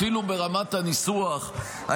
אפילו ברמת הניסוח,